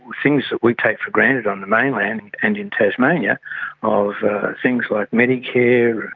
things that we take for granted on the mainland and in tasmania of things like medicare,